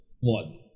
one